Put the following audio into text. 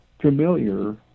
familiar